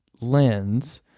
lens